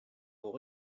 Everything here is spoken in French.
vos